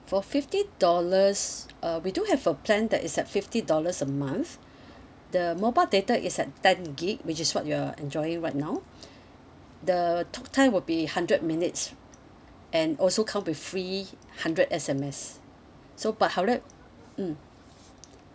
for fifty dollars uh we do have a plan that is at fifty dollars a month the mobile data is at ten gig which is what you're enjoying right now the talktime will be hundred minutes and also come with free hundred S_M_S so per hundred mmhmm